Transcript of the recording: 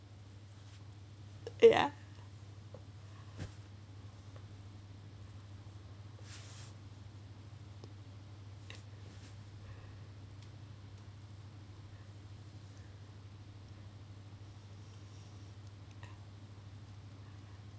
ya